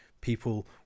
People